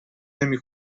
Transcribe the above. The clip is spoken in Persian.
نمی